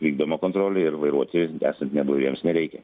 vykdoma kontrolė ir vairuoti esant neblaiviems nereikia